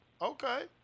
Okay